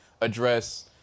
address